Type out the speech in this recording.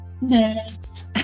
Next